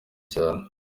cyane